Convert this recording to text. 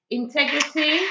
integrity